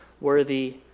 worthy